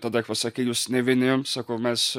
tada pasakai jūs ne vieni sakau mes